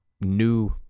new